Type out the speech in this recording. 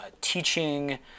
teaching